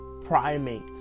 primates